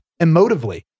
emotively